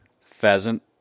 Pheasant